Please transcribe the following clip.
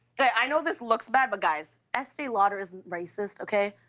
but i know this looks bad, but, guys, estee lauder isn't racist, okay?